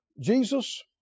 Jesus